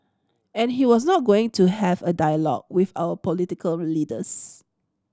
and he was not going to have a dialogue with our political leaders